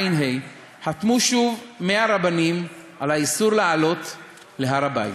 חתמו שוב 100 רבנים על האיסור לעלות להר-הבית.